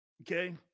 Okay